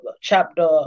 chapter